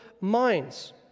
minds